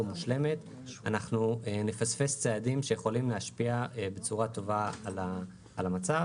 מושלמת אנחנו נפספס צעדים שיכולים להשפיע בצורה טובה על המצב.